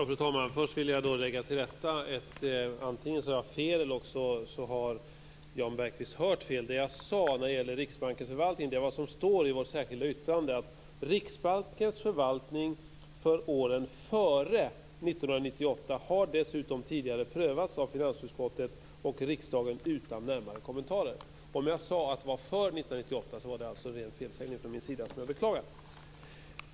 Fru talman! Först vill jag säga att antingen sade jag fel eller också har Jan Bergqvist hört fel. Det jag sade när det gäller Riksbankens förvaltning är vad som står i vårt särskilda yttrande: Riksbankens förvaltning för åren före 1998 har dessutom tidigare prövats av finansutskottet och riksdagen utan närmare kommentarer. Om jag sade att det var för 1998 var det alltså en ren felsägning från min sida som jag i så fall beklagar.